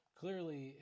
clearly